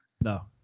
No